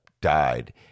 died